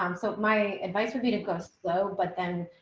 um so my advice would be to go slow, but then